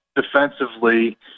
defensively